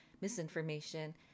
misinformation